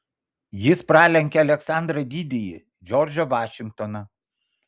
jis pralenkė aleksandrą didįjį džordžą vašingtoną